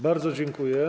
Bardzo dziękuję.